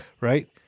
right